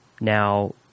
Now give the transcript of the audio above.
Now